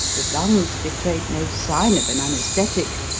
the lungs betrayed no sign of an anesthetic,